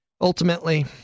Ultimately